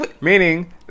meaning